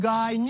Guy